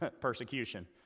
persecution